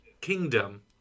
kingdom